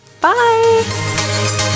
Bye